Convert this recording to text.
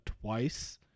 twice